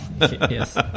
Yes